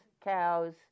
cows